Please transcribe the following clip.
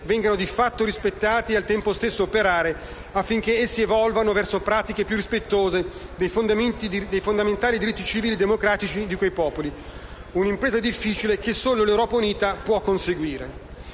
vengano di fatto rispettati e al tempo stesso operare affinché essi evolvano verso pratiche più rispettose dei fondamentali diritti civili e democratici di quei popoli; un'impresa difficile che solo l'Europa unita può conseguire.